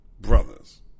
Brothers